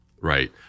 right